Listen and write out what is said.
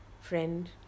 friend